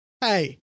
Hey